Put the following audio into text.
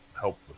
help